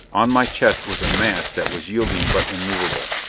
on my chest was a mass that was yielding but immovable,